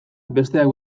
besteak